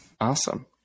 Awesome